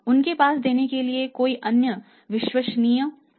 उनके पास देने के लिए कोई अन्य विश्वसनीयता या कोई अन्य कॉलेटरल नहीं है